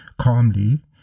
calmly